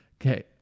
Okay